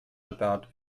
about